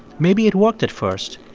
maybe it worked at first,